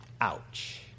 Ouch